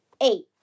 eight